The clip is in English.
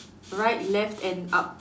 right left and up